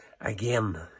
again